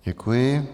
Děkuji.